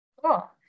Cool